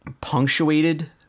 punctuated